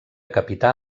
capità